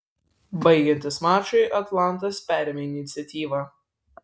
baigiantis mačui atlantas perėmė iniciatyvą